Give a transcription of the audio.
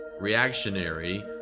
reactionary